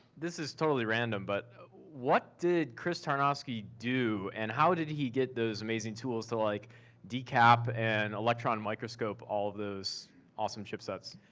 this is totally random, but what did christopher tarnovsky do? and how did he get those amazing tools to like decap and electron microscope all those awesome chip sets.